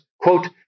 quote